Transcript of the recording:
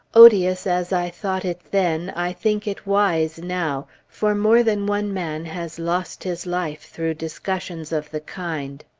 odious as i thought it then, i think it wise now for more than one man has lost his life through discussions of the kind.